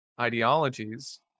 ideologies